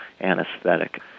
anesthetic